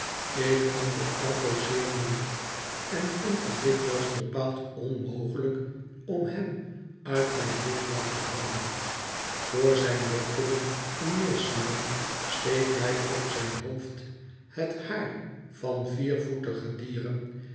ik vind het altoos zeer moeielijk en vind het dikwijls bepaald onmogelijk om hem uit mijn wigwam te houden voor zijn wettelijk geneesmidel steekt hij op zijn hoofd het haar van viervoetige dieren